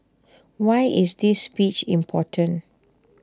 why is this speech important